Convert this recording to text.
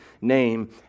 name